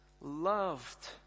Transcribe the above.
loved